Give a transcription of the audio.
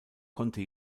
konnte